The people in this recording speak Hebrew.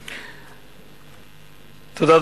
תודה.